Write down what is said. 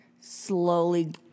slowly